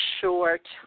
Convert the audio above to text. short